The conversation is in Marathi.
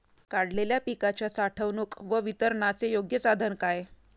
काढलेल्या पिकाच्या साठवणूक व वितरणाचे योग्य साधन काय?